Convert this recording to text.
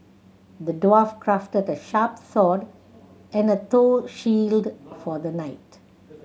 the dwarf crafted a sharp and a shield for the knight